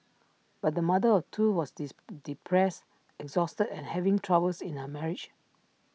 but the mother of two was diss depressed exhausted and having troubles in her marriage